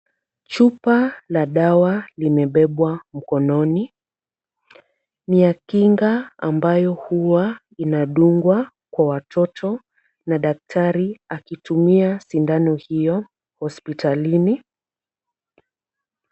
Chupa la dawa limebebwa mkononi. Ni ya kinga ambayo huwa inadungwa kwa watoto na daktari akitumia sindano hiyo hospitalini.